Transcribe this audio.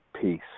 peace